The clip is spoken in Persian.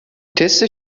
تست